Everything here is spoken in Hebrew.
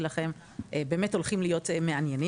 לכם באמת הולכים להיות מעניינים,